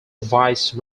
vice